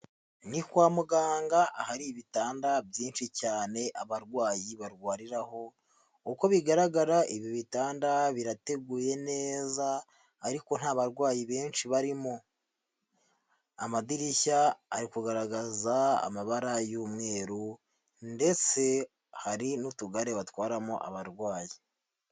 Ni kwa muganga ahari ibitanda byinshi cyane abarwayi barwariraho, uko bigaragara ibi bitanda birateguye neza ariko nta barwayi benshi barimo. Amadirishya ari kugaragaza amabara y'umweru ndetse hari n'utugare batwaramo abarwayi.